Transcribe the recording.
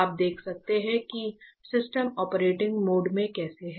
आप देख सकते हैं कि सिस्टम ऑपरेटिंग मोड में कैसा है